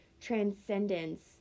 transcendence